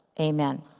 Amen